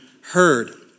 heard